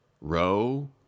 row